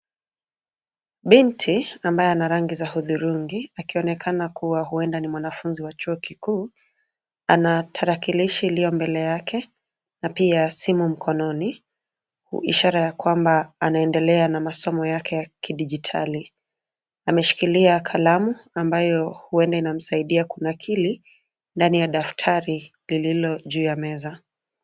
Binti ambaye ana rangi za hudhurungi akionekana kuwa huenda ni mwanafunzi wa chuo ikuu; ana tarakilishi mbele yake na pia simu mkononi, ishara ya kwamba anaendelea na masomo yake ya kidijitali. Ameshikilia kalamu ambayo huenda inamsaidia kunakili ndani ya daftari lililo juu ya meza.